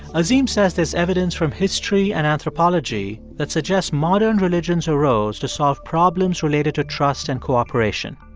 azim says there's evidence from history and anthropology that suggests modern religions arose to solve problems related to trust and cooperation.